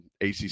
ACC